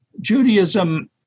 Judaism